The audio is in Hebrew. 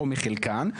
או מחלקן,